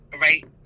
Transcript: right